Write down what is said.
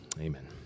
amen